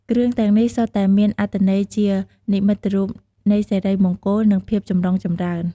គ្រឿងទាំងនេះសុទ្ធតែមានអត្ថន័យជានិមិត្តរូបនៃសិរីមង្គល និងភាពចម្រុងចម្រើន។